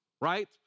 right